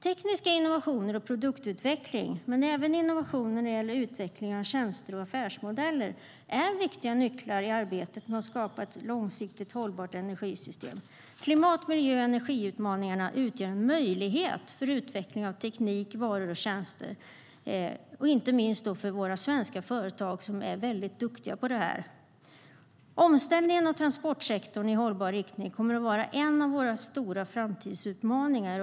Tekniska innovationer och produktutveckling, men även innovationer när det gäller utvecklingen av tjänster och affärsmodeller, är viktiga nycklar i arbetet med att skapa ett långsiktigt hållbart energisystem. Klimat, miljö och energiutmaningarna utgör en möjlighet för utveckling av teknik, varor och tjänster, inte minst för våra svenska företag, som är väldigt duktiga på detta. Omställningen av transportsektorn i hållbar riktning kommer att vara en av våra stora framtidsutmaningar.